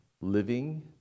living